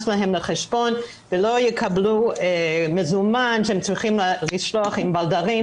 להם לחשבון ולא יקבלו מזומן כשהם צריכים לשלוח עם בלדרים